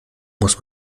muss